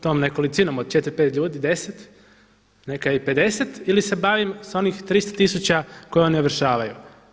tom nekolicinom od 4, 5 ljudi, 10, neka i 50 ili se bavim sa onih 300 tisuća koje oni ovršavaju?